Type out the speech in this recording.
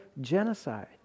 genocide